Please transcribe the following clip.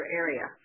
area